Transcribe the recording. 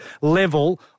level